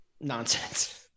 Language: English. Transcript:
nonsense